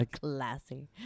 classy